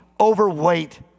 overweight